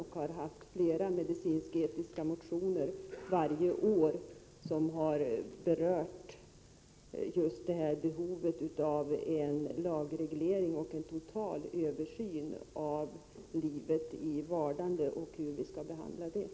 Jag har väckt flera medicinsk-etiska motioner varje år, där jag berört just behovet av en lagreglering och en total översyn av livet i vardande och hur vi skall behandla det.